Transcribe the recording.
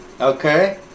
Okay